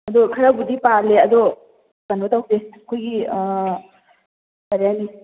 ꯑꯗꯣ ꯈꯔꯕꯨꯗꯤ ꯄꯥꯜꯂꯤ ꯑꯗꯣ ꯀꯩꯅꯣ ꯇꯧꯁꯦ ꯑꯩꯈꯣꯏꯒꯤ ꯀꯔꯤ ꯍꯥꯏꯅꯤ